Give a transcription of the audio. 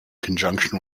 conjunction